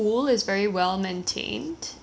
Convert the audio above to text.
ya I especially liked th~